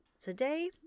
Today